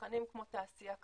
צרכנים כמו תעשייה כבדה.